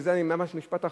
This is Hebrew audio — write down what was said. וזה ממש משפט אחרון,